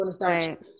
Right